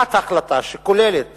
הצעת החלטה שכוללת